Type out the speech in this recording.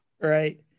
Right